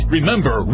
Remember